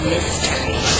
Mystery